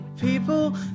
people